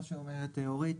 כמו שאומרת אורית,